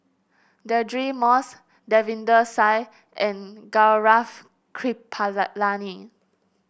Deirdre Moss Davinder and Gaurav Kripalani